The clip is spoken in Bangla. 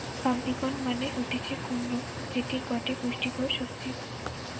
পাম্পিকন মানে হতিছে কুমড়ো যেটি গটে পুষ্টিকর সবজি